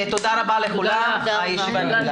תודה רבה לכולם הישיבה נעולה.